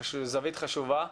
זווית חשובה.